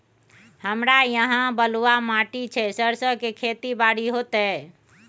हमरा यहाँ बलूआ माटी छै सरसो के खेती बारी होते?